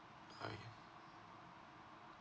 ah ya